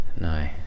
No